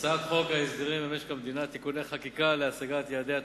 הצעת חוק הסדרים במשק המדינה (תיקוני חקיקה להשגת יעדי התקציב)